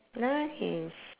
nice